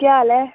केह् हाल ऐ